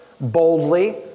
Boldly